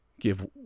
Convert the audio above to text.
give